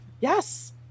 Yes